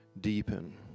deepen